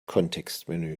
kontextmenü